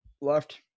left